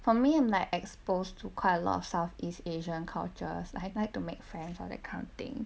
for me I'm like exposed to quite a lot of southeast asian cultures like I'd like to make friends or that kind of thing